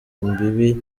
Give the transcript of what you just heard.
imbibi